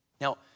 Now